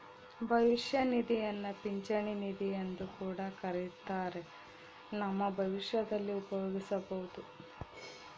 ಭವಿಷ್ಯ ನಿಧಿಯನ್ನ ಪಿಂಚಣಿ ನಿಧಿಯೆಂದು ಕೂಡ ಕರಿತ್ತಾರ, ನಮ್ಮ ಭವಿಷ್ಯದಲ್ಲಿ ಉಪಯೋಗಿಸಬೊದು